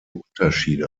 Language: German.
unterschiede